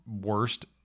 worst